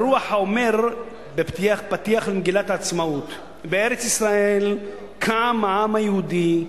ברוח הנאמר בפתיח של מגילת העצמאות: "בארץ ישראל קם העם היהודי,